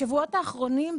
בשבועות האחרונות,